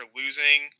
losing